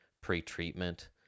pre-treatment